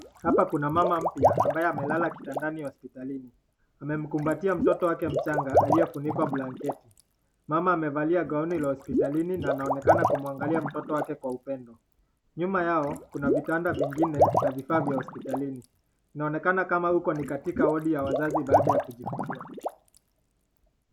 Hapa kuna mama mpya ambaye amelala kitandani hospitalini. Amemkumbatia mtoto wake mchanga aliyefunikwa blanketi. Mama amevalia gowni ya hospitalini na anaonekana kumwangalia mtoto wake kwa upendo nyuma yao kuna vitanda vingine na vifaa vya hospitalini. Inaonekana ni kama huko ni katika wadi ya wazazi baada ya kujifungua.